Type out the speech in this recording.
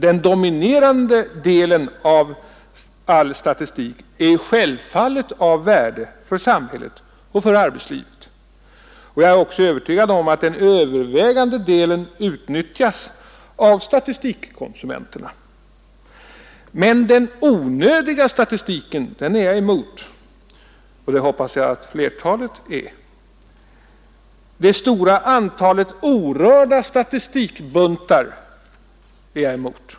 Den dominerande delen av all statistik är naturligtvis av värde för samhället och för arbetslivet. Jag är också övertygad om att den övervägande delen utnyttjas av statistikkonsumenterna. Men jag är emot den onödiga statistiken, och det hoppas jag att flertalet av kammarens ledamöter är. Det stora antalet orörda statistikbuntar är jag emot.